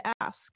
ask